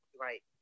Right